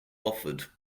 offered